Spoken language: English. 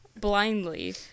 blindly